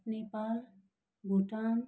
Nepal Bhutan